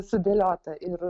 sudėliota ir